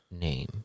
name